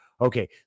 Okay